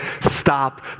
stop